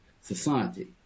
society